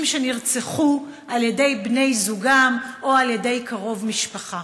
שנרצחו בידי בני-זוגן או בידי קרוב משפחה.